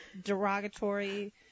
derogatory